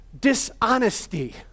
dishonesty